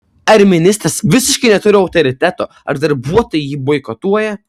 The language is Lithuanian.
ar ministras visiškai neturi autoriteto ar darbuotojai jį boikotuoja